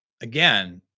again